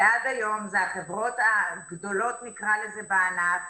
זה החברות הגדולות נקרא לזה בענף,